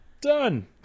Done